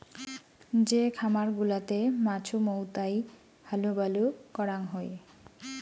যে খামার গুলাতে মাছুমৌতাই হালুবালু করাং হই